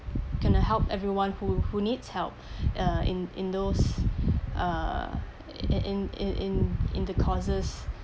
can uh help everyone who who needs help uh in in those uh in in in in in the causes